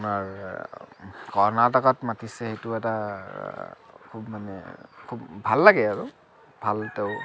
আপোনাৰ কৰ্ণাটকাত মাতিছে এইটো এটা খুব মানে খুব ভাল লাগে আৰু ভাল তেওঁ